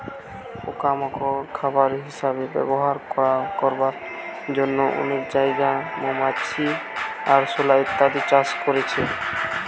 পোকা মাকড় খাবার হিসাবে ব্যবহার করবার জন্যে অনেক জাগায় মৌমাছি, আরশোলা ইত্যাদি চাষ করছে